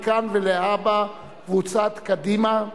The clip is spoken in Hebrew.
להלן: קבוצת קדימה,